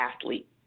athlete